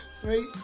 Sweet